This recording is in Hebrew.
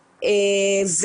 פלורה,